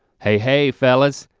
hey, hey fellas,